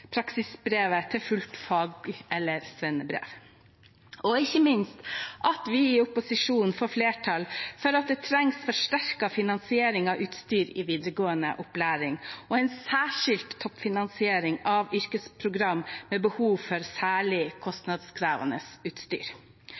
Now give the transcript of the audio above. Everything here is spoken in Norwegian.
praksisbrevet til fullt fag- eller svennebrev. Ikke minst får vi i opposisjonen flertall for at det trengs forsterket finansiering av utstyr i videregående opplæring og en særskilt toppfinansiering av yrkesprogram med behov for særlig kostnadskrevende utstyr.